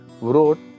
wrote